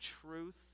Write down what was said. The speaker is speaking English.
truth